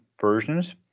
versions